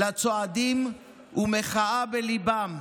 לצועדים ומחאה בליבם: